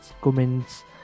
comments